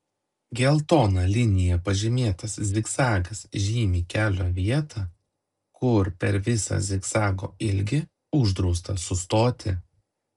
geltona linija pažymėtas zigzagas žymi kelio vietą kur per visą zigzago ilgį uždrausta sustoti